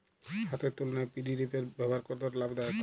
হাতের তুলনায় paddy reaper ব্যবহার কতটা লাভদায়ক?